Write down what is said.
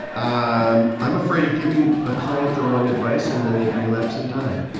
i'm i'm afraid of giving a client the wrong advice, and then they relapse and die.